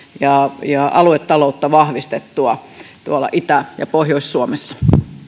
ja ja aluetaloutta vahvistettua itä ja pohjois suomessa